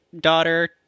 daughter